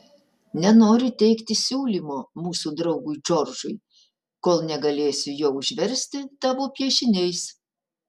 nenoriu teikti siūlymo mūsų draugui džordžui kol negalėsiu jo užversti tavo piešiniais